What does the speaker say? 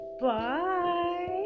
Bye